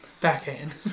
Backhand